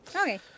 Okay